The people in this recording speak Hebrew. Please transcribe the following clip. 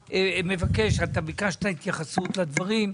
ביקשת התייחסות לדברים,